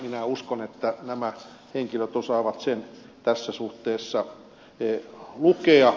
minä uskon että nämä henkilöt osaavat sen tässä suhteessa lukea